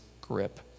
grip